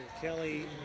Kelly